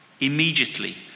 Immediately